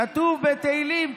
כתוב בתהילים,